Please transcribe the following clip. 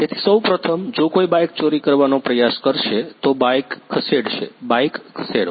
તેથી સૌ પ્રથમ જો કોઈ બાઇક ચોરી કરવાનો પ્રયાસ કરશે તો તે બાઇક ખસેડશે બાઇક ખસેડો